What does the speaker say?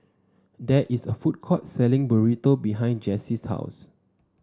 there is a food court selling Burrito behind Jessee's house